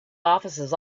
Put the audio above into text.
offices